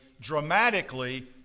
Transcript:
dramatically